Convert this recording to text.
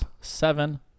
seven